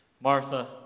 Martha